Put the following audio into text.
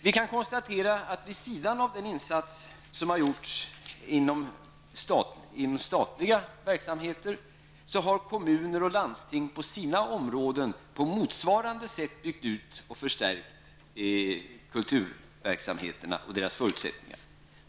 Vi kan konstatera att vid sidan av den insats som har gjorts inom statliga verksamheter, har kommuner och landsting på sina områden på motsvarande sätt byggt ut och förstärkt kulturverksamheterna och deras förutsättningar.